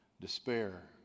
despair